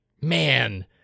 man